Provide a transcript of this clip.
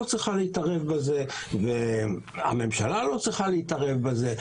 צריכה להתערב בזה והממשלה לא צריכה להתערב בזה.